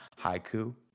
haiku